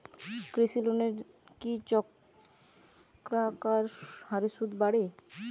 কৃষি লোনের কি চক্রাকার হারে সুদ বাড়ে?